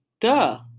Duh